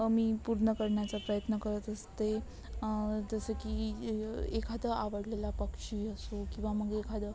अ मी पूर्ण करण्याचा प्रयत्न करत असते जसं की एखादं आवडलेला पक्षी असो किंवा मग एखादं